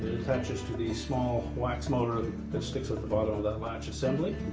attaches to the small wax motor that sticks at the bottom of that latch assembly.